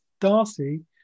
darcy